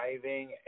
driving